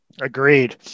Agreed